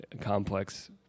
complex